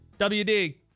WD